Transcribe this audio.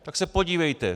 Tak se podívejte.